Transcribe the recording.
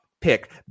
pick